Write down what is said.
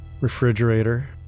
Refrigerator